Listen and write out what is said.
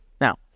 now